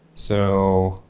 so,